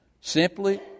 Simply